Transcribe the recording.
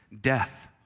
death